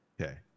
okay